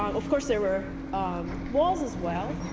of course there were um walls as well.